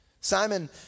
Simon